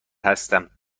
هستم